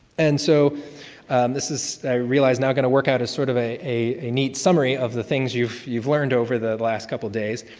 and so this is i realize, i've got to work out sort of a a neat summary of the things you've you've learned over the last couple days.